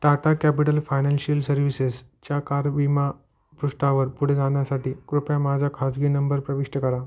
Tata capital financial सर्विसेसच्या car विमा पृष्ठावर पुढे जाण्यासाठी कृपया माझा खाजगी नंबर प्रविष्ट करा